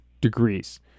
degrees